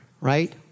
Right